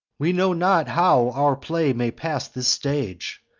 we know not how our play may pass this stage,